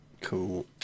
Cool